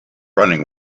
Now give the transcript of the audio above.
running